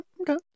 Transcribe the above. okay